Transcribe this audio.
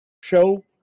show